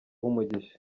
umugisha